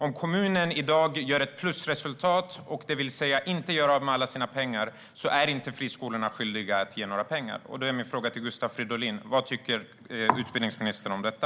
Om kommunen i dag gör ett plusresultat, det vill säga inte gör av med alla sina pengar, är inte friskolorna skyldiga att ge några pengar. Min fråga till Gustav Fridolin är: Vad tycker utbildningsministern om detta?